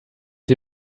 sie